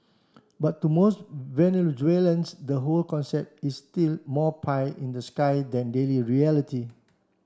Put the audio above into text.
but to most Venezuelans the whole concept is still more pie in the sky than daily reality